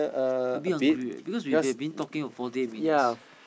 a bit hungry eh because we have been talking for forty minutes